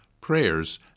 prayers